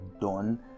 done